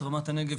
רמת הנגב,